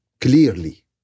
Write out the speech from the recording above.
clearly